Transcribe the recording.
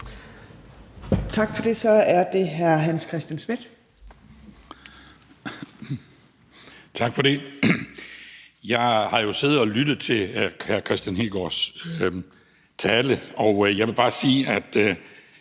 Schmidt. Kl. 11:55 Hans Christian Schmidt (V): Tak for det. Jeg har jo siddet og lyttet til hr. Kristian Hegaards tale, og jeg vil bare sige, at